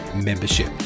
membership